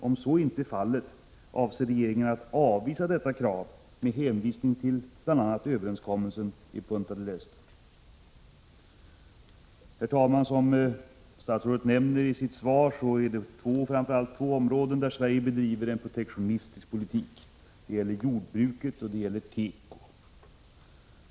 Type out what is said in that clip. Om så inte är fallet, avser regeringen att avvisa detta krav med hänvisning till bl.a. överenskommelsen i Punta del Este? Herr talman! Som statsrådet nämner i sitt svar är det framför allt på två områden som Sverige bedriver en protektionistisk politik. Det gäller jordbruket och teko.